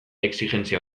exijentzia